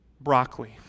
broccoli